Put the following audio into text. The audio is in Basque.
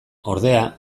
ordea